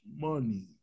money